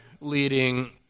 leading